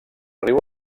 riu